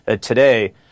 today